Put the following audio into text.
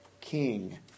king